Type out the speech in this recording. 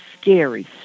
scary